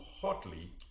hotly